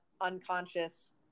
unconscious